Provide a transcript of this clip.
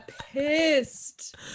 pissed